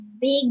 big